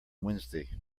wednesday